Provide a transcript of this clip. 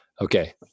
okay